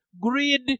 greed